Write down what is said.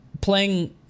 playing